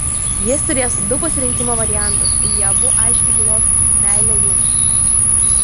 jis turės du pasirinkimo variantus ir jie abu aiškiai bylos meilę jums